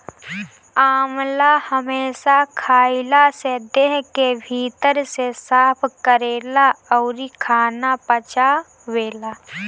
आंवला हमेशा खइला से देह के भीतर से साफ़ करेला अउरी खाना पचावेला